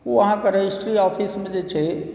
ओ अहाँकेँ रजिस्ट्री ऑफिसमे जे छै